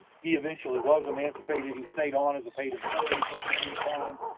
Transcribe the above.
he eventually was emancipated, he stayed on as a paid employee for a period of time.